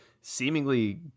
seemingly